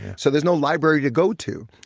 so there's no library to go to.